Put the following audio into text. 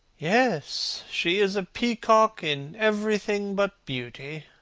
yes she is a peacock in everything but beauty,